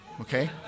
Okay